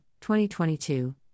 2022